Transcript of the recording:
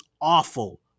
awful